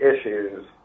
issues